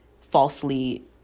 falsely